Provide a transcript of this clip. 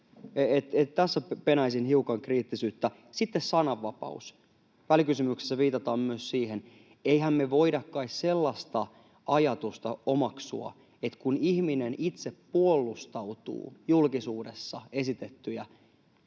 Tässä penäisin hiukan kriittisyyttä. Sitten sananvapaus — välikysymyksessä viitataan myös siihen. Eihän me voida kai sellaista ajatusta omaksua, että kun ihminen itse puolustautuu julkisuudessa esitettyjä,